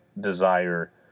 desire